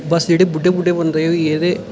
बस जेह्ड़े बुड्ढे बुड्ढे बंदे होई गे ते